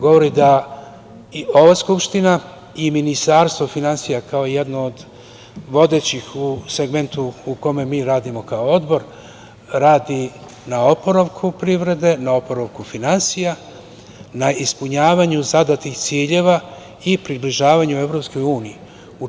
Govori da ova Skupština i Ministarstvo finansija, kao jedno od vodećih u segmentu u kome mi radimo kao Odbor, radi na oporavku privrede, na oporavku finansija, na ispunjavanju zadatih ciljeva i približavanju Evropskoj uniji.